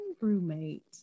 roommate